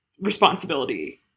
responsibility